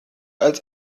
als